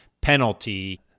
penalty